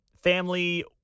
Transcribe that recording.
family